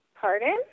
Pardon